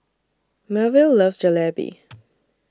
Melville loves Jalebi